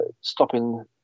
stopping